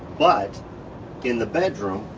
but in the bedroom,